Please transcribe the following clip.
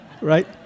Right